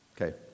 Okay